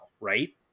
right